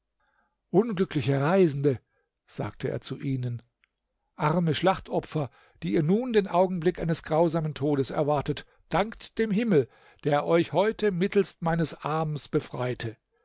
unglückliche reisende sagte er zu ihnen arme schlachtopfer die ihr nun den augenblick eines grausamen todes erwartet dankt dem himmel der euch heute mittelst meines arms befreite